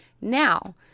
Now